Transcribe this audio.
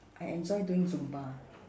I enjoy doing zumba